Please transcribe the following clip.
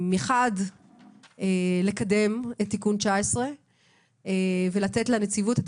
מחד לקדם את תיקון 19 ולתת לנציבות את